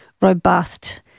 robust